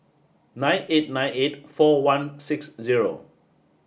nine eight nine eight four one six zero